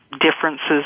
differences